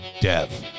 Death